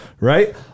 right